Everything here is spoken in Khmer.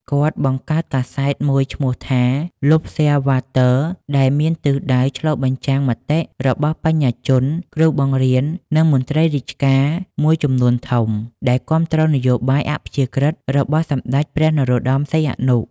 គាត់បង្កើតកាសែតមួយឈ្មោះថា "ឡុបស៊ែរវ៉ាទ័រ" ដែលមានទិសដៅឆ្លុះបញ្ចាំងមតិរបស់បញ្ញាជន គ្រូបង្រៀន និងមន្រ្តីរាជការមួយចំនួនធំ ដែលគាំទ្រនយោបាយអព្យាក្រឹតរបស់សម្តេចព្រះ នរោត្តម សីហនុ។